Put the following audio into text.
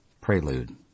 Prelude